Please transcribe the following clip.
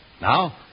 Now